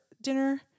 dinner